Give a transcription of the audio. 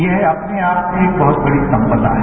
यह अपने आप में बहुत बड़ी संपदा है